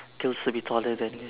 girls to be taller than men